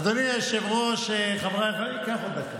אדוני היושב-ראש, חבריי, ייקח עוד דקה.